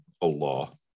Allah